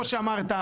כמו שאמרת,